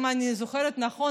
אם אני זוכרת נכון,